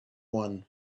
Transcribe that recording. one